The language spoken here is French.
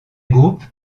groupes